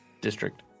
district